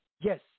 Yes